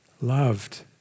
loved